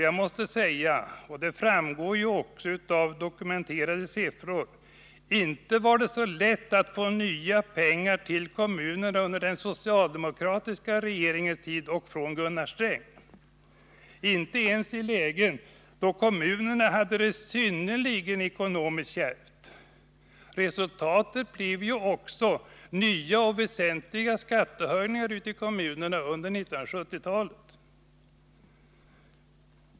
Jag måste säga — och det framgår också av dokumenterade siffror — att inte var det så lätt att få nya pengar till kommunerna under den socialdemokratiska regeringens tid och från Gunnar Sträng, inte ens i lägen då kommunerna hade det ytterligt kärvt ekonomiskt. Resultatet blev ju också nya och väsentliga skattehöjningar ute i kommunerna under 1970-talet.